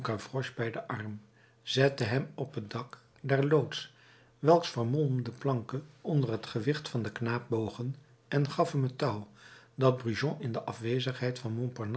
den arm zette hem op het dak der loods welks vermolmde planken onder het gewicht van den knaap bogen en gaf hem het touw dat brujon in de afwezigheid van